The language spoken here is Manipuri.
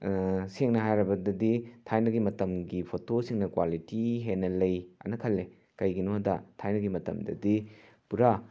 ꯁꯦꯡꯅ ꯍꯥꯏꯔꯕꯗꯗꯤ ꯊꯥꯏꯅꯒꯤ ꯃꯇꯝꯒꯤ ꯐꯣꯇꯣꯁꯤꯡꯅ ꯀ꯭ꯋꯥꯂꯤꯇꯤ ꯍꯦꯟꯅ ꯂꯩ ꯑꯅ ꯈꯜꯂꯦ ꯀꯩꯒꯤꯅꯣꯗ ꯊꯥꯏꯅꯒꯤ ꯃꯇꯝꯗꯗꯤ ꯄꯨꯔꯥ